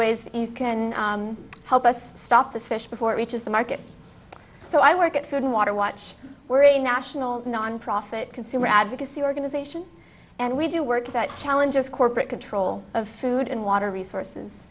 that you can help us stop this fish before it reaches the market so i work at food and water watch we're a national nonprofit consumer advocacy organization and we do work that challenges corporate control of food and water resources